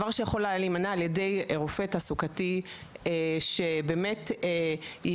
דבר שיכול היה להימנע על ידי רופא תעסוקתי שבאמת ייעץ